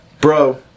bro